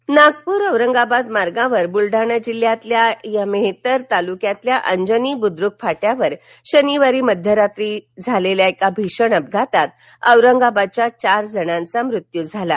अपघात् नागपूर औरंगाबाद मार्गावर बुलडाणा जिल्ह्यातल्या या मेहेकर तालुक्यातील अंजनी बुद्रुक फाट्यावर शनिवारी मध्यरात्रीच्या सुमारास झालेल्या भीषण अपघातात औरंगाबादच्या चार जणांचा मृत्यू झाला आहे